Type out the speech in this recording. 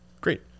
great